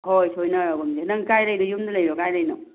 ꯍꯣꯏ ꯁꯣꯏꯅꯔꯒꯨꯝꯁꯤ ꯅꯪ ꯀꯥꯏ ꯂꯩꯅꯣ ꯌꯨꯝꯗ ꯂꯩꯔꯤꯔꯣ ꯀꯥꯏꯗ ꯂꯩꯔꯤꯅꯣ